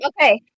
Okay